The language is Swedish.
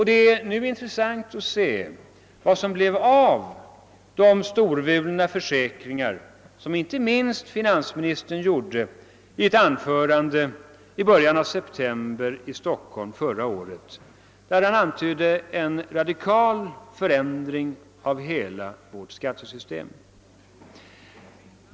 Det är nu intressant att se vad som blev av de storvulna försäkringar som finansministern lämnade i ett anförande i Stockholm i början av september förra året, där han antydde en radikal förändring av hela vårt skattesystem.